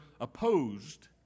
opposed